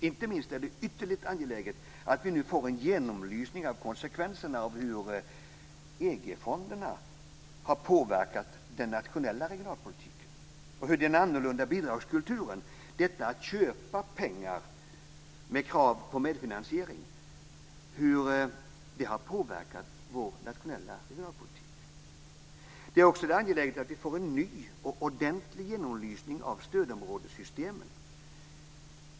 Inte minst är det ytterligt angeläget att vi nu får en genomlysning av konsekvenserna av hur EG-fonderna har påverkat den nationella regionalpolitiken och hur den annorlunda bidragskulturen, detta att köpa pengar med krav på medfinansiering, har påverkat vår nationella regionalpolitik. Det är också angeläget att vi får en ny och ordentlig genomlysning av stödområdessystemen.